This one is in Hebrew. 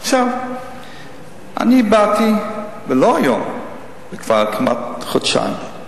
עכשיו, אני באתי, ולא היום, כבר כמעט חודשיים,